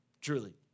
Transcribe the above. truly